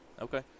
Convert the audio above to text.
Okay